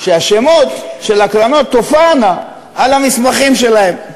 שהשמות של הקרנות יופיעו על המסמכים שלהן.